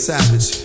Savage